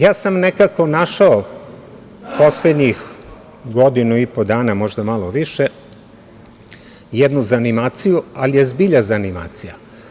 Ja sam nekako našao poslednjih godinu i po dana, možda malo više, jednu zanimaciju, ali je zbilja zanimacija.